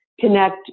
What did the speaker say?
connect